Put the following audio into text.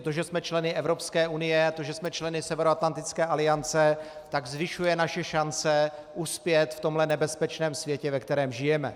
To, že jsme členy Evropské unie a že jsme členy Severoatlantické aliance, zvyšuje naše šance uspět v tomhle nebezpečném světě, ve kterém žijeme.